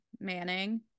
Manning